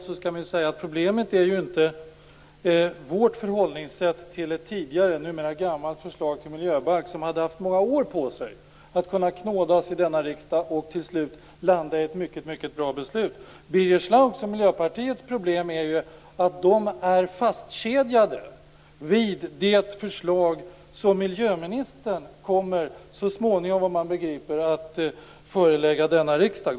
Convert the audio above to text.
Jag vill ändå säga att problemet inte är vårt sätt att förhålla oss till ett tidigare, numera gammalt, förslag till miljöbalk som under många år har kunnat knådas i denna riksdag för att till slut landa i ett mycket bra beslut. Problemet är i stället att Birger Schlaug och Miljöpartiet är fastkedjade vid det förslag som miljöministern så småningom, såvitt jag begriper, kommer att förelägga denna riksdag.